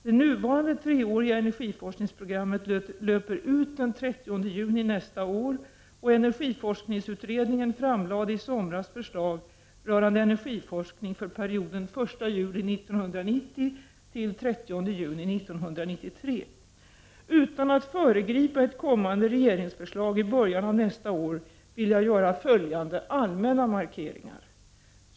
Det nuvarande treåriga energiforskningsprogrammet löper ut den 30 juni nästa år, och energiforskningsutredningen framlade i somras förslag rörande energiforskning för perioden den 1 juli 1990 den 30 juni 1993. Utan att föregripa ett kommande regeringsförslag i början av nästa år vill jag göra följande allmänna markeringar.